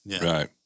Right